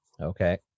Okay